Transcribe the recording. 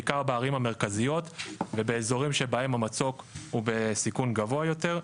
בעיקר בערים המרכזיות ובאזורים שבהם המצוק הוא בסיכון גבוה יותר.